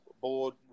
board